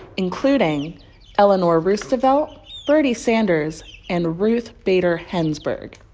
including eleanor roostevelt, birdie sanders and ruth bader hensburg.